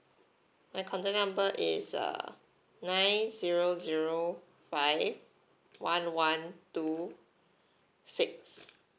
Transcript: my contact number is uh nine zero zero five one one two six